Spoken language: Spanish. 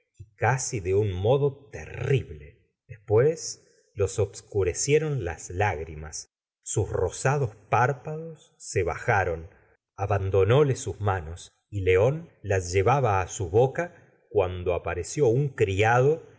casi de un modo terrible después los obscurecieron las lágrimas sus rosados párpados se bajaron abandonóle sus manos y león las llevaba á su boca cuando apareció un criado